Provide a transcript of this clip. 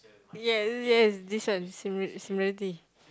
yeah yeah this one similari~ similarity